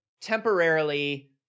temporarily